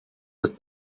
with